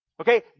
Okay